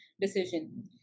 decision